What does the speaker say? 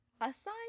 aside